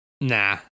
Nah